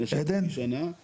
במשך חצי שנה- - הבנתי.